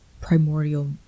primordial